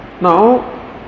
Now